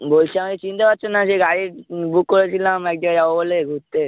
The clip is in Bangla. বলছি আমাকে চিন্তে পারছো না সেই গাড়ির বুক করেছিলাম এক জায়গা যাবো বলে ঘুরতে